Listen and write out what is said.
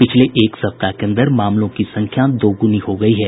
पिछले एक सप्ताह के अन्दर मामलों की संख्या दोगुनी हो गयी है